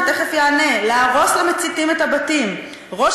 שתכף יענה: "להרוס למציתים את הבתים"; ראש